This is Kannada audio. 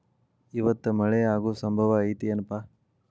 ಇವತ್ತ ಮಳೆ ಆಗು ಸಂಭವ ಐತಿ ಏನಪಾ?